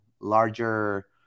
larger